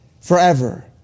forever